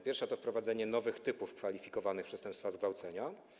Pierwsza to wprowadzenie nowych typów kwalifikowanych przestępstwa zgwałcenia.